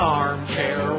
armchair